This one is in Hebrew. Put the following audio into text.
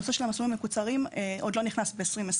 נושא המסלולים המקוצרים עוד לא נכנס ב-2021.